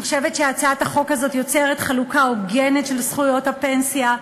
אני חושבת שהצעת החוק הזאת יוצרת חלוקה הוגנת של זכויות הפנסיה,